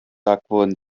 akvon